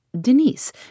Denise